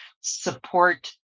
support